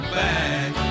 back